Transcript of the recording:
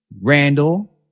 Randall